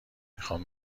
میخام